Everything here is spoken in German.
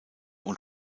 und